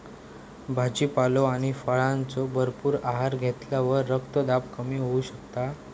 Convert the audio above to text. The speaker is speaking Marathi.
भाजीपालो आणि फळांचो भरपूर आहार घेतल्यावर रक्तदाब कमी होऊ शकता